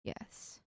Yes